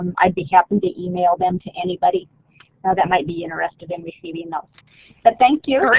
um i'd be happy to email them to anybody that might be interested in receiving those but thank you.